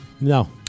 No